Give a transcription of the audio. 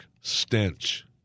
stench